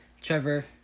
Trevor